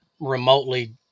remotely